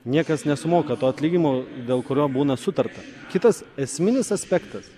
niekas nesumoka to atlyginimo dėl kurio būna sutarta kitas esminis aspektas